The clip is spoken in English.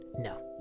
no